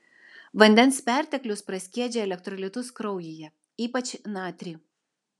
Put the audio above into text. vandens perteklius praskiedžia elektrolitus kraujyje ypač natrį